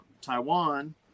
Taiwan